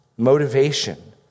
motivation